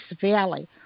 Valley